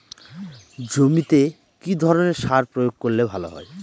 জমিতে কি ধরনের সার প্রয়োগ করলে ভালো হয়?